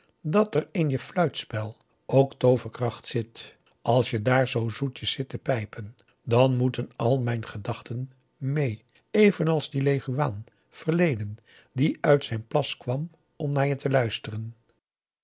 dat er in je fluitspel ook tooverkracht zit als je daar zoo zoetjes zit te pijpen dan moeten al mijn gedachten mee evenals die leguaan verleden die uit zijn plas kwam om naar je te luisteren